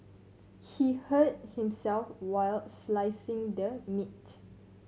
he hurt himself while slicing the meat